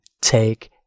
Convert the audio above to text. take